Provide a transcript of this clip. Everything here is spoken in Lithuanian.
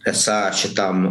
esą šitam